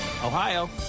Ohio